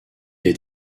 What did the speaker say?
est